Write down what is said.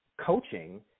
coaching